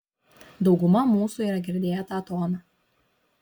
dauguma mūsų yra girdėję tą toną